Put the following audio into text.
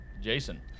Jason